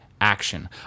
Action